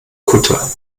kutter